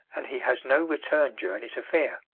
and he has no return journey to fear.